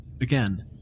Again